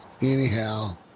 Anyhow